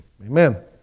amen